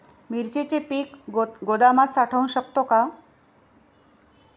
मिरचीचे पीक गोदामात साठवू शकतो का?